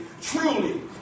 truly